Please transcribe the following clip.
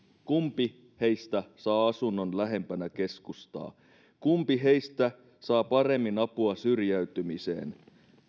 kumpi heistä saa asunnon lähempänä keskustaa kumpi heistä saa paremmin apua syrjäytymiseen